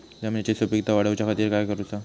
जमिनीची सुपीकता वाढवच्या खातीर काय करूचा?